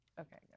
Okay